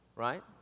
Right